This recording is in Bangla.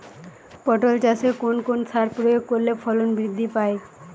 পটল চাষে কোন কোন সার প্রয়োগ করলে ফলন বৃদ্ধি পায়?